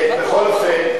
בכל אופן,